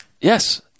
Yes